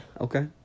Okay